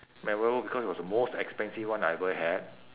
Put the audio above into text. memorable because it was the most expensive one I ever had